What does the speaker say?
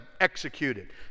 executed